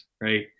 right